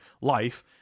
life